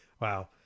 Wow